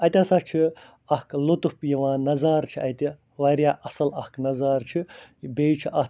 اَتہِ ہسا چھِ اکھ لُطف یِوان نظارٕ چھِ اَتہِ وارِیاہ اصٕل اکھ نظار چھِ بیٚیہِ چھُ اتھ